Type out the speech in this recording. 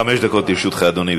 חמש דקות לרשותך, אדוני.